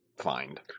find